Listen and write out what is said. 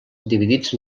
dividits